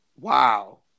wow